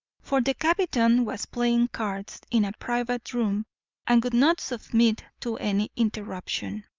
for the captain was playing cards in a private room and would not submit to any interruption.